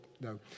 no